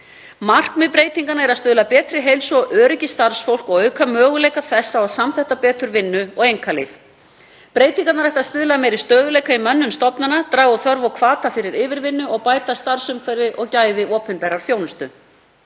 Markmið breytinganna er að stuðla að betri heilsu og öryggi starfsfólks og auka möguleika þess á að samþætta betur vinnu og einkalíf. Breytingarnar ættu að stuðla að meiri stöðugleika í mönnun stofnana, draga úr þörf og hvata fyrir yfirvinnu og bæta starfsumhverfi og gæði opinberrar þjónustu.